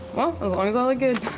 well, as long as i look good.